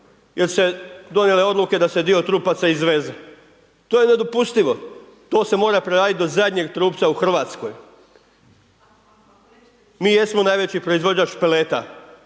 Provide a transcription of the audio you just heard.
jer se donijela odluka da se dio trupaca izveze. To je nedopustivo, to se mora preraditi do zadnjeg trupca u Hrvatskoj. Mi jesmo najveći proizvođač peleta